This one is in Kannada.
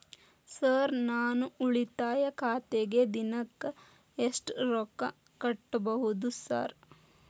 ಸರ್ ನಾನು ಉಳಿತಾಯ ಖಾತೆಗೆ ದಿನಕ್ಕ ಎಷ್ಟು ರೊಕ್ಕಾ ಕಟ್ಟುಬಹುದು ಸರ್?